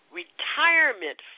retirement